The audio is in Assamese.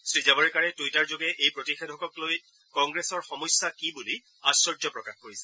শ্ৰীজাৱড়েকাৰে টুইটাৰযোগে এই প্ৰতিষেধককলৈ কংগ্ৰেছৰ সমস্যা কি বুলি আশ্চৰ্য প্ৰকাশ কৰিছে